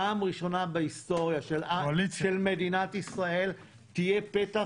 פעם ראשונה בהיסטוריה של מדינת ישראל תהיה פתח